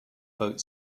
boat